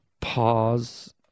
pause